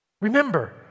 Remember